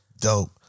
dope